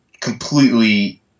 completely